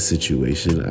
Situation